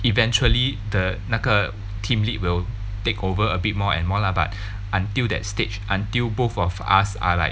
eventually the 那个 team lead will take over a bit more and more lah but until that stage until both of us are like